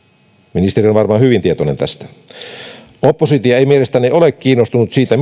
ministeri on varmaan hyvin tietoinen tästä oppositio ei mielestäni ole kiinnostunut siitä